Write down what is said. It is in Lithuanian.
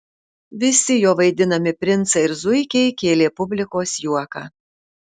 visi jo vaidinami princai ir zuikiai kėlė publikos juoką